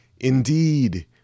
Indeed